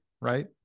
right